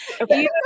Okay